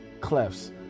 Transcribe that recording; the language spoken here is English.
clefs